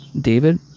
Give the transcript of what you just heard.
David